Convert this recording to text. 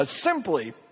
simply